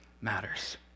matters